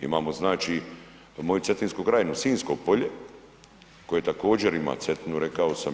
Imamo znači moju Cetinjsku krajinu, Sinjsko polje koje također ima Cetinu rekao sam.